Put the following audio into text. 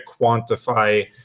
quantify